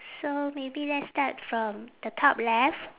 so maybe let's start from the top left